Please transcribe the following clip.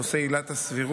נושא עילת הסבירות.